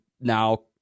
now